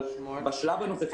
אבל בשלב הנוכחי,